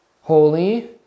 Holy